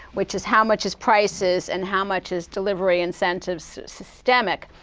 which is, how much is prices and how much is delivery incentives systemic?